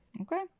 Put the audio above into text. Okay